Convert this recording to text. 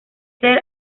ser